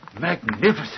Magnificent